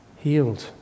healed